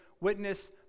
witness